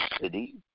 city